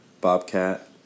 Bobcat